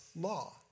law